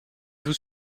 vous